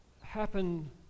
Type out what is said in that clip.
happen